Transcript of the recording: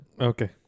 okay